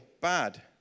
bad